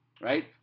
right